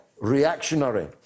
reactionary